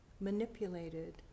manipulated